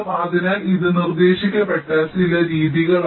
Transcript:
അതിനാൽ ഇത് നിർദ്ദേശിക്കപ്പെട്ട ചില രീതികളാണ്